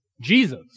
Jesus